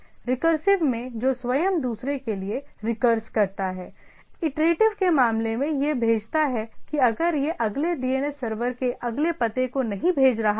तो रिकरसिव में जो स्वयं दूसरे के लिए रीकअर्श करता है इटरेटिव के मामले में यह भेजता है कि अगर यह अगले DNS सर्वर के अगले पते को नहीं भेज रहा है